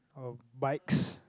or bikes